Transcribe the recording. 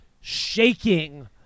shaking